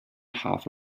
half